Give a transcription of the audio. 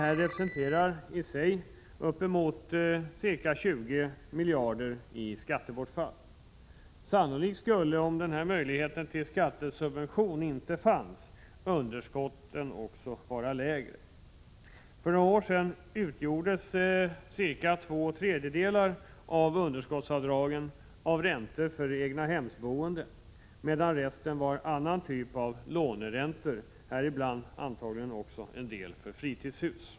Detta representerar i sig uppemot 20 miljarder i skattebortfall. Sannolikt skulle, om denna möjlighet till skattesubvention inte fanns, underskotten vara lägre. För några år sedan utgjordes omkring två tredjedelar av underskottsavdragen av räntor för egnahemsboende, medan resten var annan typ av låneräntor, däribland antagligen en del för fritidshus.